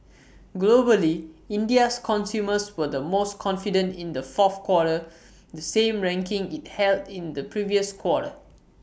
globally India's consumers were the most confident in the fourth quarter the same ranking IT held in the previous quarter